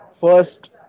first